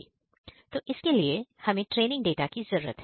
तो इसके लिए हमें ट्रेनिंग डाटा की जरूरत है